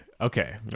Okay